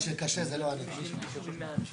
אני לא רוצה לשמוע, בלי שמות אישיים ובלי